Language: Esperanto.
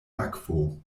akvo